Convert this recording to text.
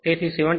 તેથી 74